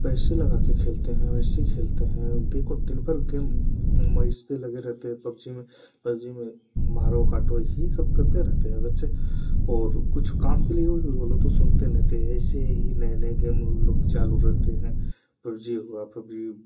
पैसे लगाके के खेलते हैं वैसी खेलते हैं देखो दिनपर गेम में इस में लगे रहते हैं पब्जी में पबजी में मारो काटो यही सब करते रहते हैं बच्चे और कुछ काम के लिए वो लोग तो सुनते नहीं हे ऐसी ही नए नए गेम ये लोग चालू रहते हैं पब्जी हुआ पब्जी